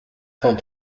cent